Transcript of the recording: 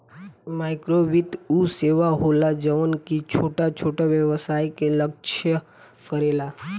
माइक्रोवित्त उ सेवा होला जवन की छोट छोट व्यवसाय के लक्ष्य करेला